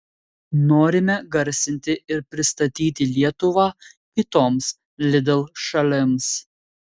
norime garsinti ir pristatyti lietuvą kitoms lidl šalims